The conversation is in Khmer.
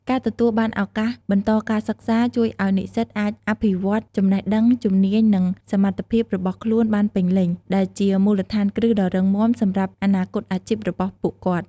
ការទទួលបាន ឱកាសបន្តការសិក្សា ជួយឲ្យនិស្សិតអាច អភិវឌ្ឍន៍ចំណេះដឹង ជំនាញ និង សមត្ថភាពរបស់ខ្លួនបានពេញលេញ ដែលជា មូលដ្ឋានគ្រឹះដ៏រឹងមាំ សម្រាប់ អនាគតអាជីព របស់ពួកគាត់។